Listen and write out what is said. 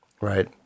right